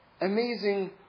amazing